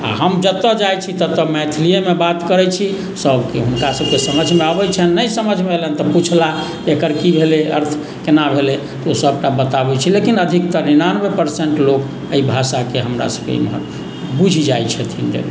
आओर हम जतऽ जाइ छी ततऽ मैथिलिएमे बात करै छी सबके हुनका सबके समझमे आबै छनि नहि समझमे अएलनि तऽ पुछलाह एकर कि भेलै अर्थ कोना भेलै ओ सबटा बताबै छिअनि लेकिन अधिकतर निन्यानबे परसेन्ट लोक एहि भाषाके हमरा सबके एम्हर बुझि जाइ छथिन